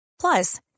Plus